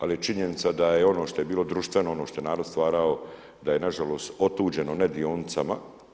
Ali je činjenica da je ono što je bilo društveno ono što je narod stvarao da je na žalost otuđeno ne dionicama.